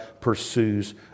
pursues